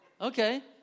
okay